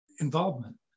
involvement